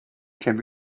can